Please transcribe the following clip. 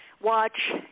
watch